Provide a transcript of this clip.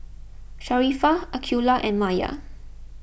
Sharifah Aqilah and Maya